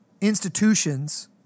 institutions